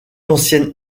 ancienne